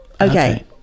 Okay